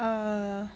err